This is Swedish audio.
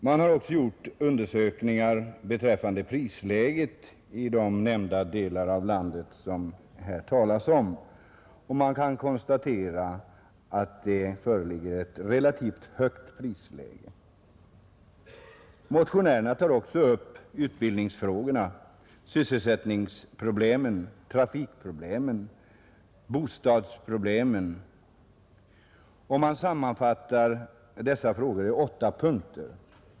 Man har också gjort undersökningar beträffande prisläget i de delar av landet som det här talas om, och vi kan konstatera att det föreligger ett relativt högt prisläge. Motionärerna tar också upp utbildningsfrågorna, sysselsättningsproblemen, trafikproblemen och bostadsproblemen, och de sammanfattar dessa frågor i åtta punkter.